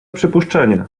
przypuszczenie